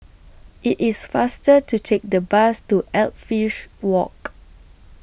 IT IS faster to Take The Bus to Edgefield Walk